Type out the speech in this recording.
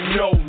no